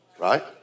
right